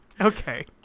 Okay